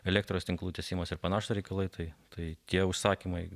elektros tinklų tiesimas ir panašūs reikalai tai tai tie užsakymai